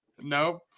Nope